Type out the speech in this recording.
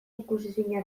ikusezina